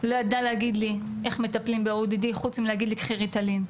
- לא ידע להגיד לי איך מטפלים ב- ODD חוץ מלהגיד לי קחי ריטלין,